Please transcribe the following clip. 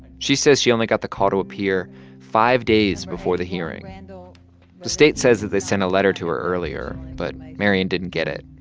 she says she only got the call to appear five days before the hearing. and the state says that they sent a letter to her earlier, but marian didn't get it.